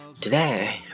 Today